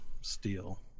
steel